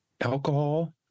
alcohol